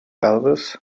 elvis